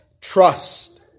trust